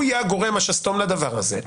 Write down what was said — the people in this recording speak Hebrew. שהוא יהיה השסתום לדבר הזה.